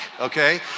Okay